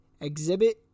Exhibit